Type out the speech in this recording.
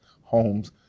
homes